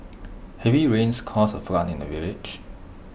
heavy rains caused A flood in the village